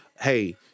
hey